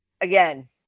again